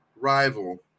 rival